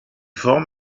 form